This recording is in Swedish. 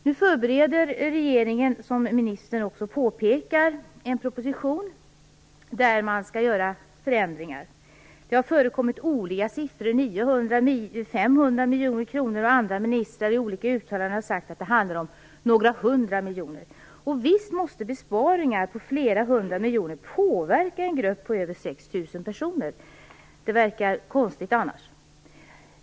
Nu förbereder, som ministern också påpekar, en proposition där man föreslår förändringar. Det har förekommit olika siffror - 900 miljoner kronor, 500 miljoner kronor, och andra ministrar har i olika uttalanden sagt att det handlar om några hundra miljoner. Visst måste besparingar på flera hundra miljoner kronor påverka en grupp på över 6 000 personer. Det vore konstigt annars.